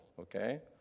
okay